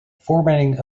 formatting